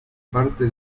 parte